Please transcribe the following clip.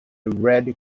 red